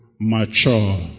mature